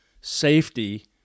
safety